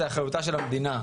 זו אחריותה של המדינה,